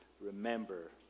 Remember